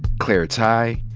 claire tighe,